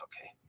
Okay